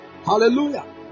Hallelujah